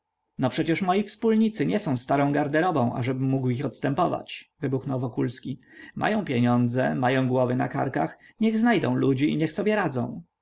no przecież moi wspólnicy nie są starą garderobą ażebym mógł ich odstępować wybuchnął wokulski mają pieniądze mają głowy na karkach niech znajdą ludzi i niech sobie radzą